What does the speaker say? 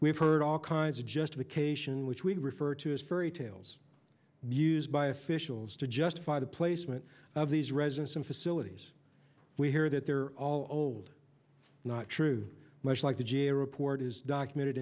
we've heard all kinds of justification which we refer to as fairytales used by officials to justify the placement of these residents in facilities we hear that there are all old not true much like the g a o report is documented